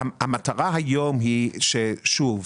היום